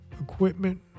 equipment